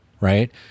right